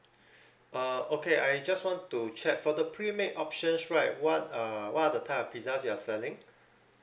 uh okay I just want to check for the pre made options right what are what are the type of pizzas you're selling